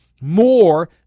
more